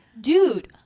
dude